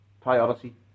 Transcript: priority